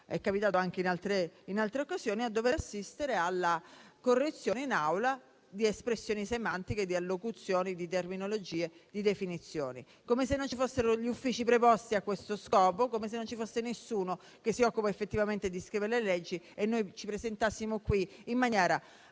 è capitato anche in altre occasioni) alla correzione in Assemblea di espressioni semantiche, di allocuzioni, di terminologie, di definizioni, come se non ci fossero gli uffici preposti a questo scopo, come se non ci fosse nessuno che si occupa effettivamente di scrivere leggi e noi ci presentassimo in questa